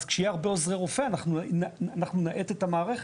אז כשיהיו הרבה עוזרי רופא אנחנו נאט את המערכת,